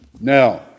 Now